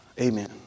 Amen